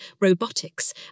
robotics